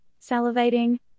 salivating